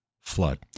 flood